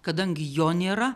kadangi jo nėra